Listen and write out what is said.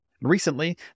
Recently